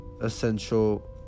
essential